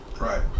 Right